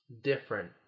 different